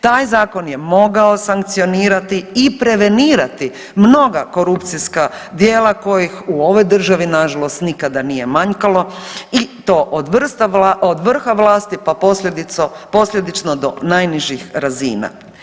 Taj zakon je mogao sankcionirati i prevenirati mnoga korupcijska djela kojih u ovoj državi na žalost nikada nije manjkalo i to od vrha vlasti, pa posljedično do najnižih razina.